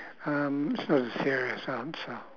um it's not a serious answer